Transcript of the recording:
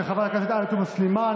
של חברת הכנסת עאידה תומא סלימאן,